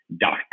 dot